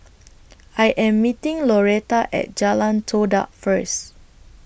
I Am meeting Loretta At Jalan Todak First